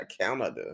Canada